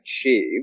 achieve